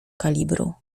kalibru